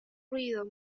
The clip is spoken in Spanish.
ruido